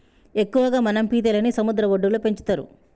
ఎక్కువగా మనం పీతలని సముద్ర వడ్డులో పెంచుతరు